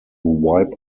wipe